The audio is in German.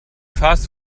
fast